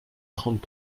trente